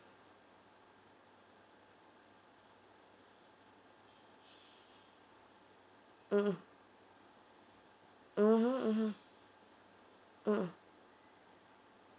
mmhmm mmhmm mmhmm